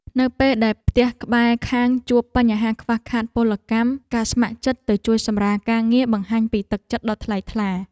នៅពេលដែលផ្ទះក្បែរខាងជួបបញ្ហាខ្វះកម្លាំងពលកម្មការស្ម័គ្រចិត្តទៅជួយសម្រាលការងារបង្ហាញពីទឹកចិត្តដ៏ថ្លៃថ្លា។